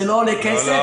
זה לא עולה כסף,